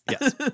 Yes